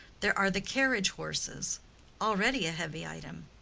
there are the carriage-horses already a heavy item.